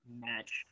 match